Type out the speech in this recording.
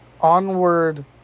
Onward